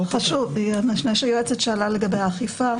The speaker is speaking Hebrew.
היועצת השאלה לגבי האכיפה.